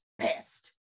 pissed